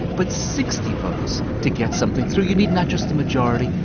but sixty votes to get something through. you need not just the majority,